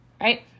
right